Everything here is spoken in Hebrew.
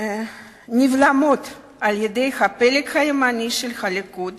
נבלמות על-ידי הפלג הימני של הליכוד